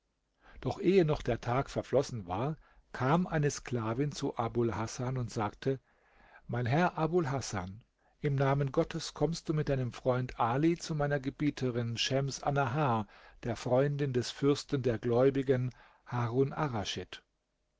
doch ehe noch der tag verflossen war kam eine sklavin zu abul hasan und sagte mein herr abul hasan im namen gottes komme du mit deinem freund ali zu meiner gebieterin schems annahar der freundin des fürsten der gläubigen harun